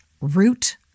root